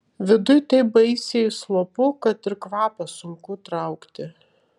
viduj taip baisiai slopu kad ir kvapą sunku traukti